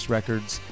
Records